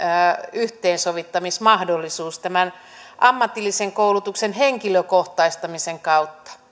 yhteensovittamismahdollisuus ammatillisen koulutuksen henkilökohtaistamisen kautta